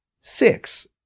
six